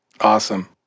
Awesome